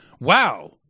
Wow